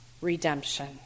Redemption